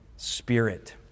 spirit